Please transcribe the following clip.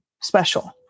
special